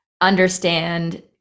understand